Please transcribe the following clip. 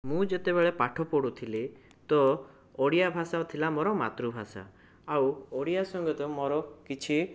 ମୁଁ ଯେତେବେଳେ ପାଠ ପଢ଼ୁଥିଲି ତ ଓଡ଼ିଆ ଭାଷା ଥିଲା ମୋର ମାତୃଭାଷା ଆଉ ଓଡ଼ିଆ ସଂଗୀତ ମୋର କିଛି